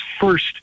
first